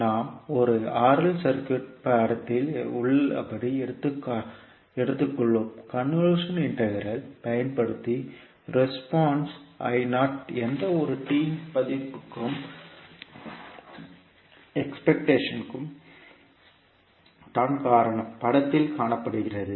நாம் ஒரு RL circuit படத்தில் உள்ளபடி எடுத்துக்கொள்வோம் கன்வொல்யூஷன் இன்டெக்ரல் பயன்படுத்தி ரெஸ்பான்ஸ் எந்த ஒரு t மதிப்புக்கும் எக்பெக்டேஷன் தான் காரணம் படத்தில் காணப்படுகிறது